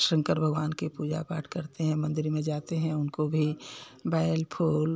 शंकर भगवान के पूजा पाठ करते हैं मंदिर में जाते हैं उनको भी बैल फूल